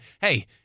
hey